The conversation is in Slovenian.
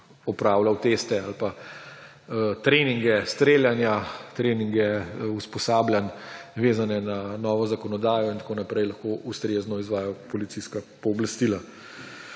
opravljal teste ali pa treninge streljanja, treninge usposabljanj, vezane na novo zakonodajo, in tako naprej, ustrezno izvajal policijska pooblastila.